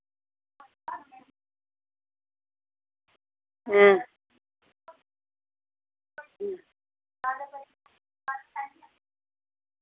अं